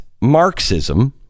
Marxism